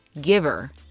giver